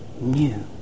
new